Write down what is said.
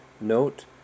Note